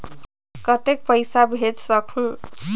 कतेक पइसा भेज सकहुं?